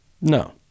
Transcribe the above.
No